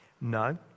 No